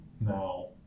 now